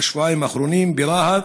בשבועיים האחרונים ברהט,